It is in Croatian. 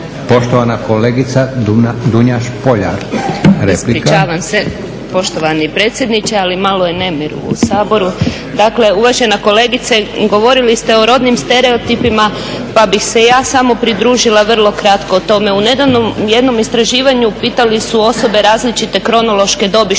Poštovana kolegica Dunja Špoljar,